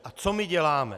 A co my děláme?